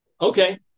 Okay